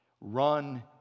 Run